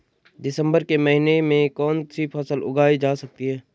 दिसम्बर के महीने में कौन सी फसल उगाई जा सकती है?